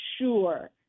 sure